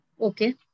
Okay